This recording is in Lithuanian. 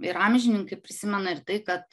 ir amžininkai prisimena ir tai kad